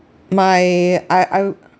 my I I